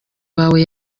wawe